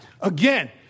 Again